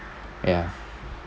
ya